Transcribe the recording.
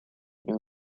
une